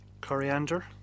coriander